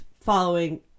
following